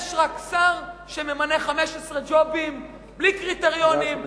יש רק שר שמאייש 15 ג'ובים בלי קריטריונים,